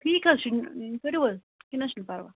ٹھیٖک حظ چھُ کٔرِو حظ کیٚنٛہہ نہَ چھُنہٕ پَروا